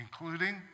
including